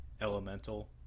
elemental